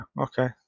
okay